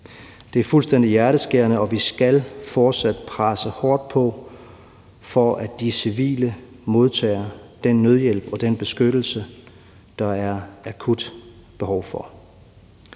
Det er fuldstændig hjerteskærende, og vi skal fortsat presse hårdt på, for at de civile modtager den nødhjælp og den beskyttelse, der akut behov for.